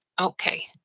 Okay